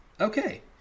Okay